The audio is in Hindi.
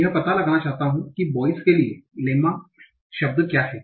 मैं यह पता लगाना चाहता हूं कि बोयस के लिए लेम्मा शब्द क्या है